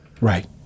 Right